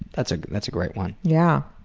that's ah that's a great one. yeah.